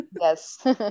Yes